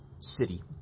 city